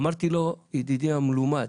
אמרתי לו, ידידי המלומד,